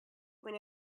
when